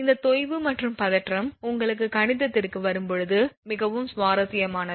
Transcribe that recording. இந்த தொய்வு மற்றும் பதற்றம் உங்களுக்கு கணிதத்திற்கு வரும் போது மிகவும் சுவாரஸ்யமானவை